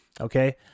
okay